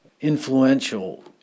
influential